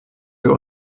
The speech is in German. wir